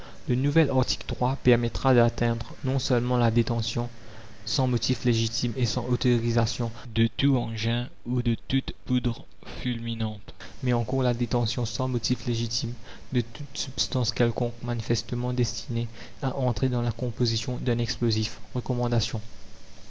le nouvel article permettra d'atteindre non seulement la détention sans motif légitime et sans autorisation de tout engin ou de toute poudre fulminante mais encore la détention sans motifs légitimes de toute substance quelconque manifestement destinée à entrer dans la composition d'un explosif